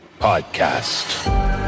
Podcast